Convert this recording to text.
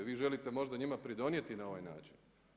Vi želite možda njima pridonijeti na ovaj način?